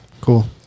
Cool